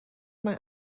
mae